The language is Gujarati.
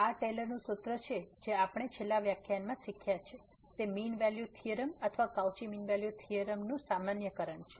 તેથી આ ટેલર નું સૂત્ર જે આપણે છેલ્લા વ્યાખ્યાનમાં શીખ્યા છે તે મીન વેલ્યુ થીયોરમ અથવા Cauchy mean value theorem Cauchy's mean value theorem નું સામાન્યકરણ છે